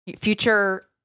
future